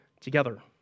together